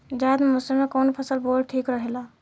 जायद मौसम में कउन फसल बोअल ठीक रहेला?